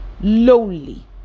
lonely